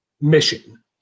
mission